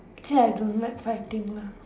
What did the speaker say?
actually I don't like fighting lah